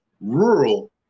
rural